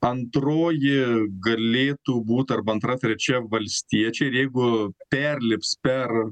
antroji galėtų būt arba antra trečia valstiečiai ir jeigu perlips per